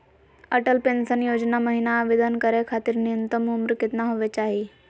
Atal pension योजना महिना आवेदन करै खातिर न्युनतम उम्र केतना होवे चाही?